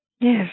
Yes